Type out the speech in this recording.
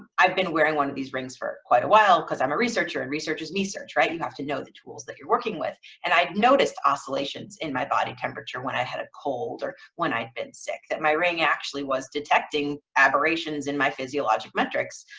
i've been wearing one of these rings for quite a while because i'm a researcher and researchers knee searched, right? you have to know the tools that you're working with and i've noticed oscillations in my body temperature when i had a cold or when i'd been sick that my ring actually was detecting aberrations in my physiologic metrics,